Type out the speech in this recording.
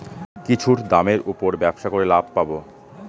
কিছুর দামের উপর ব্যবসা করে লাভ পাবো